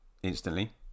Instantly